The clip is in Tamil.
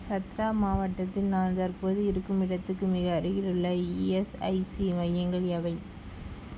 சத்ரா மாவட்டத்தில் நான் தற்போது இருக்கும் இடத்துக்கு மிக அருகிலுள்ள இஎஸ்ஐசி மையங்கள் எவை